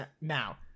now